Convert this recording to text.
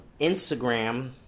Instagram